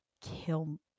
Kill